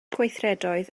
gweithredoedd